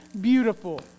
beautiful